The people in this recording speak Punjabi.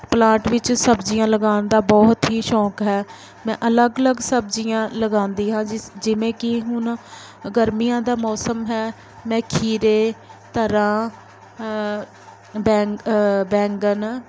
ਪਲਾਟ ਵਿੱਚ ਸਬਜ਼ੀਆਂ ਲਗਾਉਣ ਦਾ ਬਹੁਤ ਹੀ ਸ਼ੌਕ ਹੈ ਮੈਂ ਅਲੱਗ ਅਲੱਗ ਸਬਜ਼ੀਆਂ ਲਗਾਉਂਦੀ ਹਾਂ ਜਿਸ ਜਿਵੇਂ ਕਿ ਹੁਣ ਗਰਮੀਆਂ ਦਾ ਮੌਸਮ ਹੈ ਮੈਂ ਖੀਰੇ ਤਰਾਂ ਬੈਂਗ ਬੈਂਗਣ